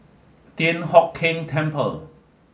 Thian Hock Keng Temple